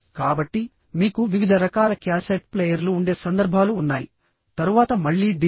కాబట్టి మీకు వివిధ రకాల క్యాసెట్ ప్లేయర్లు ఉండే సందర్భాలు ఉన్నాయి తరువాత మళ్లీ DVD